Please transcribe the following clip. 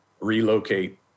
relocate